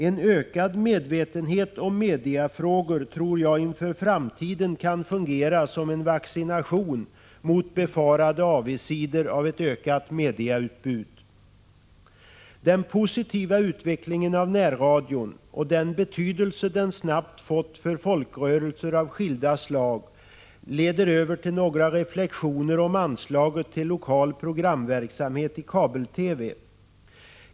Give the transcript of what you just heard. En ökad medvetenhet om mediefrågor kan, tror jag, inför framtiden fungera som en vaccination mot befarade avigsidor av ett ökat medieutbud. Den positiva utvecklingen av närradion och den betydelse den snabbt fått för folkrörelser av skilda slag leder över till några reflexioner om anslaget till lokal programverksamhet i kabel-TV.